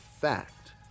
fact